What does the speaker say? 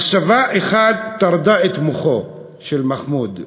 מחשבה אחת טרדה את מוחו של מחמוד: